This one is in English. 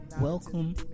Welcome